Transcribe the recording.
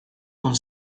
con